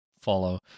follow